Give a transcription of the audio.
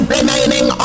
remaining